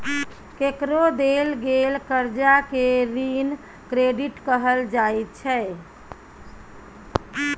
केकरो देल गेल करजा केँ ऋण क्रेडिट कहल जाइ छै